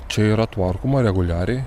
čia yra tvarkoma reguliariai